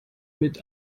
mit